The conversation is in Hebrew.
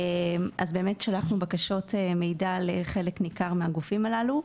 באמת שלחנו בקשות מידע לחלק ניכר מהגופים הללו,